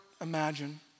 imagine